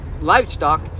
livestock